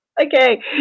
Okay